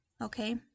okay